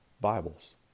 Bibles